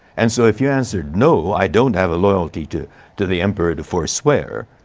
and so if you answered, no, i don't have a loyalty to to the emperor to foreswear,